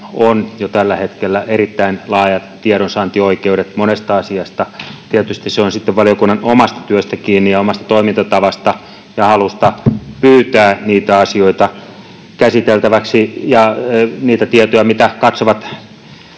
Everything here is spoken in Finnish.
on jo tällä hetkellä erittäin laajat tiedonsaantioikeudet monesta asiasta. Tietysti se on sitten kiinni valiokunnan omasta työstä ja toimintatavasta ja halusta pyytää niitä asioita käsiteltäväksi ja niitä tietoja, mitä katsovat